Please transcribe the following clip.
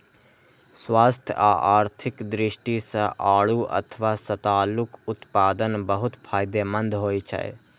स्वास्थ्य आ आर्थिक दृष्टि सं आड़ू अथवा सतालूक उत्पादन बहुत फायदेमंद होइ छै